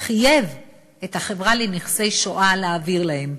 חייב את החברה להשבת נכסים של נספי השואה להעביר להם.